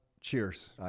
Cheers